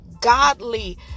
godly